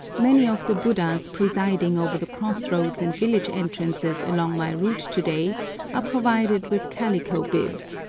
many of the buddhas presiding over the cross-roads and village entrances along my route to-day are provided with calico bibs,